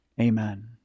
Amen